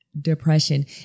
depression